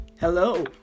Hello